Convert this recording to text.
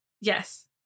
yes